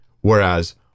whereas